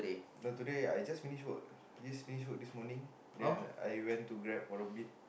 no today I just finished work just finished work this morning then I went to grab follow B